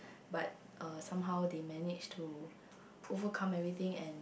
but uh somehow they managed to overcome everything and